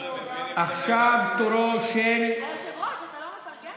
עכשיו תורו של, היושב-ראש, אתה לא מתרגם?